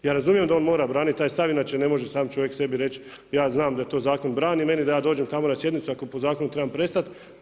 Ja razumijem da on mora braniti taj stav, inače ne može sam čovjek sebi reći ja znam da to zakon brani meni da dođem tamo na sjednici ako po zakonu trebam prestati.